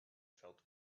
felt